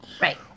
Right